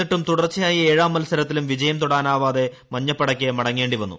എന്നിട്ടും തുടർച്ചയായ ഏഴാം മത്സത്തിലും വിജയം തൊടാനാവാതെ മഞ്ഞപ്പട മടങ്ങേണ്ടിവന്നു